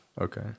Okay